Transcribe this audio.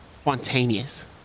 spontaneous